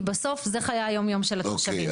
כי בסוף, זה חיי היום-יום של התושבים.